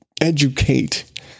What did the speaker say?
educate